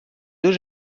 deux